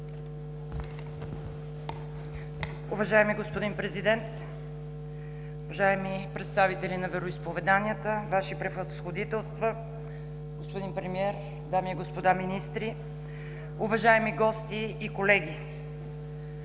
Уважаеми господин Президент, уважаеми представители на вероизповеданията, Ваши превъзходителства, господин Премиер, дами и господа министри, уважаеми гости и колеги!